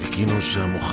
either so um ah